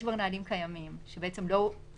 יש כבר נהלים קיימים שבעצם לא --- אבל